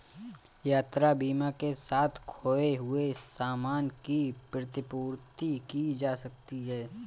यात्रा बीमा के साथ खोए हुए सामान की प्रतिपूर्ति की जा सकती है